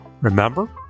remember